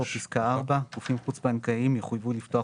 תבוא פסקה 4: "גופים חוץ-בנקאיים יחויבו לפתוח